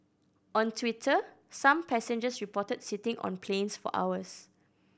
on Twitter some passengers reported sitting on planes for hours